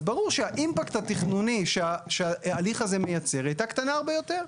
אז ברור שהאימפקט התכנוני שההליך הזה מייצר היא הייתה קטנה הרבה יותר.